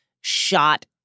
shot